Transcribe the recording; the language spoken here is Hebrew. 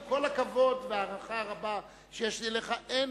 עם כל הכבוד וההערכה הרבה שיש לי אליך, אין,